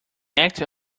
act